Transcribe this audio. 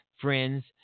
friends